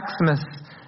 Maximus